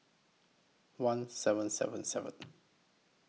one seven seven seven